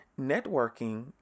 networking